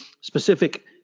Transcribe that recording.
specific